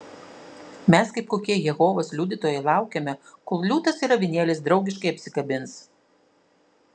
mes kaip kokie jehovos liudytojai laukiame kol liūtas ir avinėlis draugiškai apsikabins